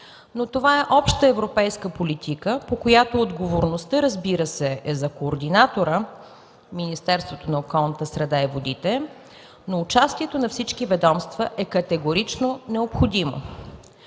но това е обща европейска политика, по която отговорността, разбира се, е за координатора – Министерство на околната среда и водите, но участието на всички ведомства е категорично необходимо.